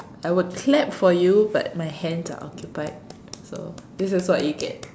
I would clap for you but my hands are occupied so this is what you get